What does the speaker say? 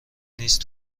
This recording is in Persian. نیست